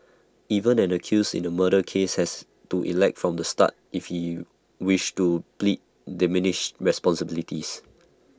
even an accused in A murder case has to elect from the start if he wishes to plead diminished responsibility